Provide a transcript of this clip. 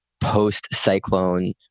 post-cyclone